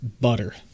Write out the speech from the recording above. butter